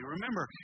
Remember